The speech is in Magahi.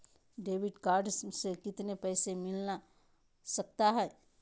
डेबिट कार्ड से कितने पैसे मिलना सकता हैं?